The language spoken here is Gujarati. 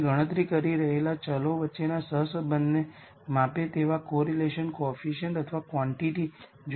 તમે ગણતરી કરી રહેલા વેરીએબલ્સ વચ્ચેના સહસંબંધને માપે તેવા કોરિલેશન કોઓફિસિન્ટ અથવા ક્વોન્ટિટી જોયો હશે